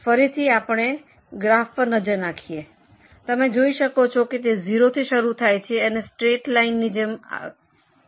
ફરીથી ગ્રાફ પર નજર નાખો તમે જોઈ શકો છો કે તે 0 થી શરૂ થાય છે અને સ્ટ્રેઈટ લાઈનની જેમ વધે છે